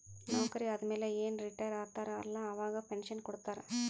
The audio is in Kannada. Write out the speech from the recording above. ನೌಕರಿ ಆದಮ್ಯಾಲ ಏನ್ ರಿಟೈರ್ ಆತಾರ ಅಲ್ಲಾ ಅವಾಗ ಪೆನ್ಷನ್ ಕೊಡ್ತಾರ್